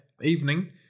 evening